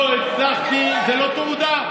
לא הצלחתי זה לא תעודה.